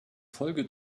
folge